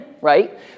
right